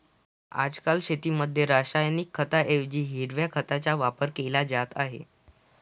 आजकाल शेतीमध्ये रासायनिक खतांऐवजी हिरव्या खताचा वापर केला जात आहे